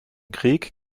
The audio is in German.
krieg